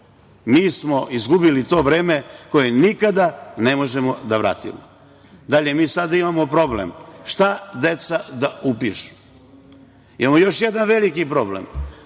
mi smo izgubili to vreme koje nikada ne možemo da vratimo. Dalje, mi sada imamo problem, šta deca da upišu. Imamo još jedan veliki problem,